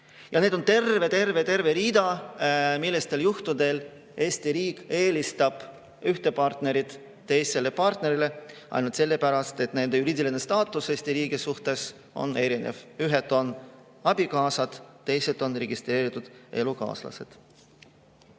Ja neid on terve rida, millistel juhtudel Eesti riik eelistab ühte partnerit teisele partnerile ainult sellepärast, et nende juriidiline staatus Eesti riigi suhtes on erinev. Ühed on abikaasad, teised on registreeritud elukaaslased. Samas